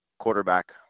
quarterback